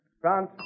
France